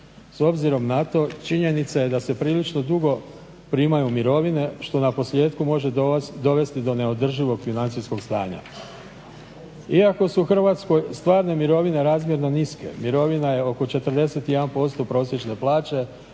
S obzirom na to činjenica je da se prilično dugo primaju mirovine što naposljetku može dovesti do neodrživog financijskog stanja. Iako su u Hrvatskoj stvarne mirovine razmjerno niske, mirovina je oko 41% prosječne plaće,